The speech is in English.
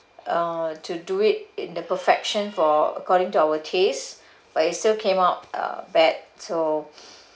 uh to do it in the perfection for according to our tastes but it still came up uh bad so